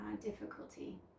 difficulty